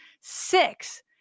Six